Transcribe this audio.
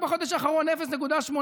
רק בחודש האחרון 0.8%,